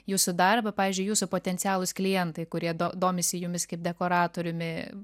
jūsų darbą pavyzdžiui jūsų potencialūs klientai kurie do domisi jumis kaip dekoratoriumi